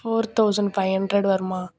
four thousand five hundred வருமா